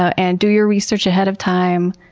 ah and do your research ahead of time,